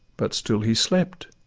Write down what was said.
but still he slept